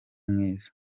mwiza